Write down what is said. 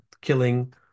killing